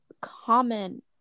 common